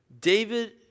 David